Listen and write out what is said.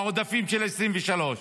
העודפים של 2023,